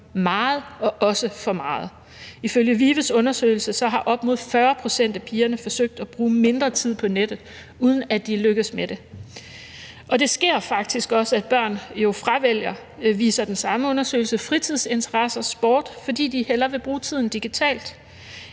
meget og også for meget. Ifølge VIVE's undersøgelse har op mod 40 pct. af pigerne forsøgt at bruge mindre tid på nettet, uden at de er lykkedes med det. Det sker jo faktisk også, at børn fravælger – det viser den samme undersøgelse – fritidsinteresser, sport, fordi de hellere vil bruge tiden digitalt,